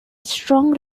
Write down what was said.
strong